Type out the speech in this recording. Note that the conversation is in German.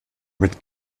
mit